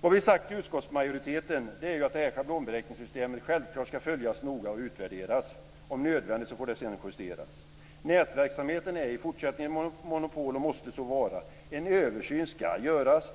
Vad vi sagt i utskottsmajoriteten är att schablonberäkningssystemet självklart ska följas noga och utvärderas. Om nödvändigt får det sedan justeras. Nätverksamheten är i fortsättningen ett monopol och måste så vara. En översyn ska göras.